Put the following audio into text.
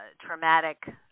traumatic